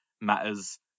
matters